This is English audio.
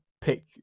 pick